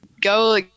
Go